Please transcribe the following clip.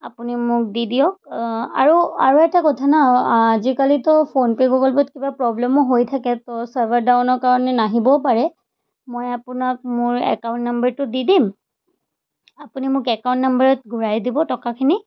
আপুনি মোক দি দিয়ক আৰু আৰু এটা কথা ন আজিকালিতো ফোনপে' গুগল পে'ত কিবা প্ৰব্লেমো হৈ থাকে তো চাৰভাৰ ডাউনৰ কাৰণে নাহিবও পাৰে মই আপোনাক মোৰ একাউণ্ট নাম্বাৰটো দি দিম আপুনি মোক একাউণ্ট নাম্বাৰত ঘূৰাই দিব টকাখিনি